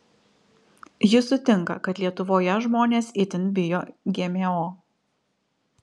ji sutinka kad lietuvoje žmonės itin bijo gmo